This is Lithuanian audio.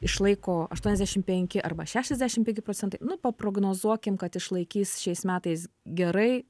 išlaiko aštuoniasdešimt penki arba šešiasdešimt penki procentai nu paprognozuokim kad išlaikys šiais metais gerai